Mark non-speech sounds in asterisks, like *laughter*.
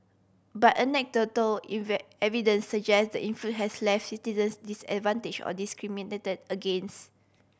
but anecdotal *unintelligible* evidence suggest the influx has left citizens disadvantage or discriminated against